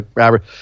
average